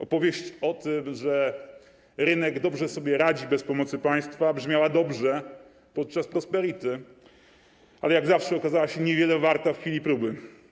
Opowieść o tym, że rynek dobrze sobie radzi bez pomocy państwa, brzmiała dobrze podczas prosperity, ale jak zawsze okazała się niewiele warta w chwili próby.